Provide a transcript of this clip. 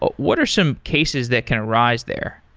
what are some cases that can rise there?